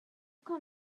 kind